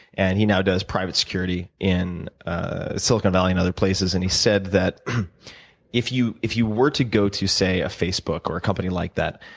and he now does private security in sulkin valley and other places, and he said that if you if you were to go to, say, a facebook, or a company like that,